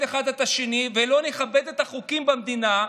אחד את השני ולא נכבד את החוקים במדינה,